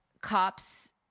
cops